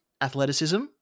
athleticism